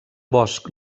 bosc